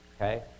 Okay